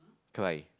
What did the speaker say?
cry